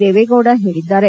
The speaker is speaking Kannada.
ದೇವೇಗೌಡ ಹೇಳಿದ್ದಾರೆ